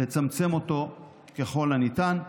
ולצמצם אותו ככל הניתן.